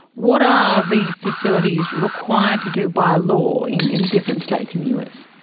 what are the facilities required to do by law in in different states in the us?